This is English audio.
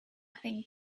think